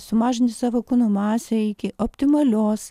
sumažinti savo kūno masę iki optimalios